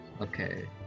Okay